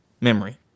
memory